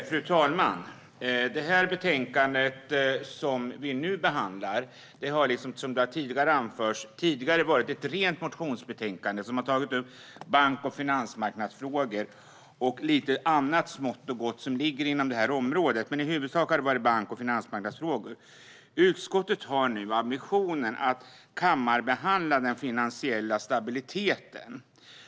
Fru talman! Det betänkande som vi nu behandlar har, som redan har anförts här, tidigare varit ett rent motionsbetänkande där bank och finansmarknadsfrågor och lite annat smått och gott som ligger inom detta område har tagits upp. Men i huvudsak har det gällt bank och finansmarknadsfrågor. Utskottet har nu ambitionen att kammarbehandla frågor om den finansiella stabiliteten.